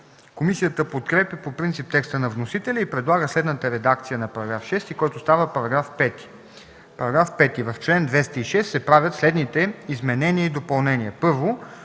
Комисията подкрепя по принцип текста на вносителя и предлага следната редакция на § 6, който става § 5: „§ 5. В чл. 206 се правят следните изменения и допълнения: